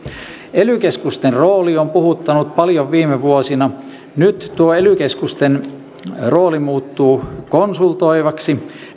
ely keskusten rooli on puhuttanut paljon viime vuosina nyt tuo ely keskusten rooli muuttuu konsultoivaksi